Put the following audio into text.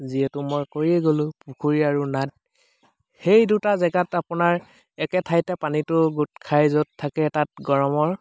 যিহেতু মই কৈয়ে গ'লোঁ পুখুৰী আৰু নাদ সেই দুটা জেগাত আপোনাৰ একে ঠাইতে পানীটো গোট খাই য'ত থাকে তাত গৰমৰ